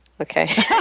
Okay